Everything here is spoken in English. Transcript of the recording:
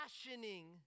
fashioning